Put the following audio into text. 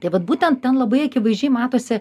tai vat būtent ten labai akivaizdžiai matosi